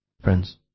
Friends